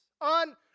on